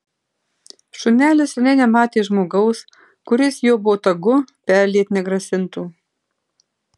šunelis seniai nematė žmogaus kuris jo botagu perliet negrasintų